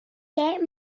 get